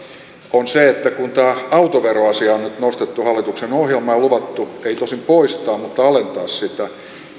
on se että kun tämä autoveroasia on nyt nostettu hallituksen ohjelmaan ja on luvattu ei tosin poistaa mutta alentaa sitä niin